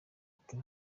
ati